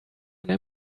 einer